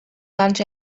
lunch